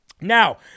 Now